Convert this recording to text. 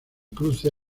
cruce